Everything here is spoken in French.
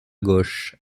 gauche